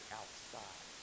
outside